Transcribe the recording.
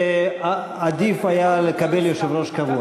ועדיף היה לקבל יושב-ראש קבוע.